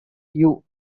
you